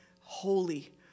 holy